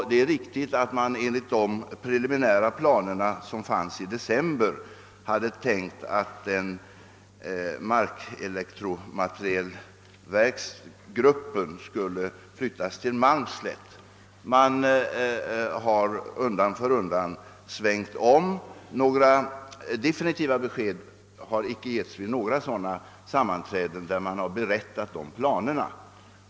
Det är riktigt att man enligt de preliminära planer som förelåg i december avsåg att markelektrogruppen skulle flyttas till Malmslätt. Undan för undan har man emellertid svängt om. Några definitiva besked har icke lämnats vid sammanträden där det redogjorts för planerna.